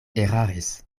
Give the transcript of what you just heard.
eraris